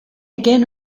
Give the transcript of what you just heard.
again